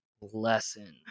lesson